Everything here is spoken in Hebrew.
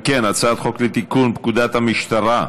אם כן, הצעת חוק לתיקון פקודת המשטרה (מס'